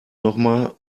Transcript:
nochmal